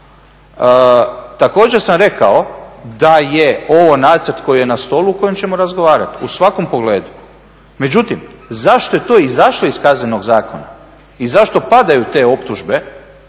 Također sam rekao da je ovo nacrt koji je na stolu i o kojem ćemo razgovarati, u svakom pogledu. Međutim, zašto je to izašlo iz Kaznenog zakona i zašto padaju te optužbe